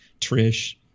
Trish